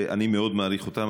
שאני מאוד מעריך אותם,